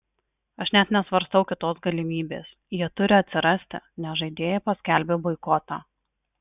aš net nesvarstau kitos galimybės jie turi atsirasti nes žaidėjai paskelbė boikotą